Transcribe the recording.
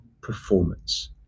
performance